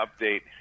update